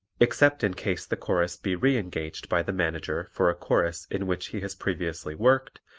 except in case the chorus be re-engaged by the manager for a chorus in which he has previously worked,